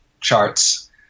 charts